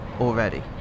Already